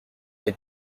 est